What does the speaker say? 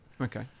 Okay